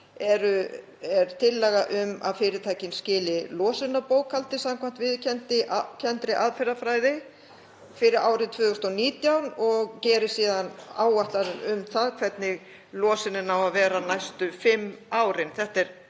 er tillaga um að fyrirtækin skili losunarbókhaldi samkvæmt viðurkenndri aðferðafræði fyrir árið 2019 og geri síðan áætlanir um það hvernig losun á að vera næstu fimm árin. Þetta er